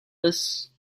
this